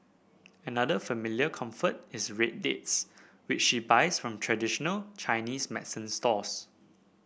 another familiar comfort is red dates which she buys from traditional Chinese medicine stores